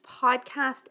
podcast